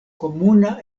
komuna